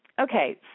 okay